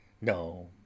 No